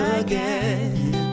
again